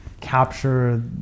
capture